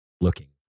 looking